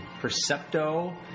Percepto